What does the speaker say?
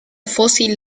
fósil